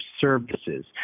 services